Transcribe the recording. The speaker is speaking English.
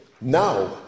now